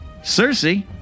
Cersei